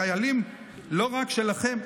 החיילים לא רק שלכם.